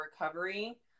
recovery